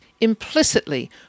implicitly